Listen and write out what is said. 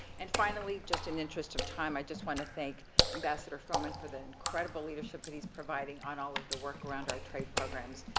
and, finally, just in interest of time, i just want to thank ambassador froman for the incredible leadership that he's providing on all of the work around our trade programs.